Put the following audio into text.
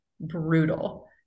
brutal